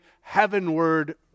heavenward